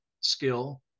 skill